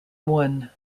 one